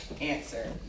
Answer